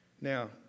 Now